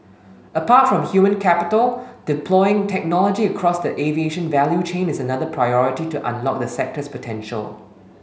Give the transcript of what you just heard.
apart from human capital deploying technology across the aviation value chain is another priority to unlock the sector's potential